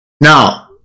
Now